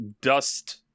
dust